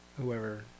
whoever